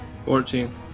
Fourteen